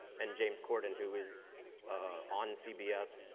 and james cordon, who is on cbs,